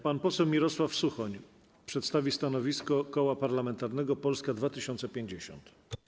Pan poseł Mirosław Suchoń przedstawi stanowisko Koła Parlamentarnego Polska 2050.